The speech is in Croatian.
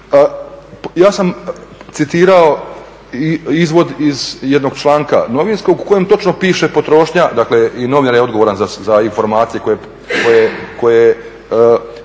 Ja sam citirao izvod iz jednog članka novinskog u kojem točno piše potrošnja, dakle i novinar je odgovoran za informacije koje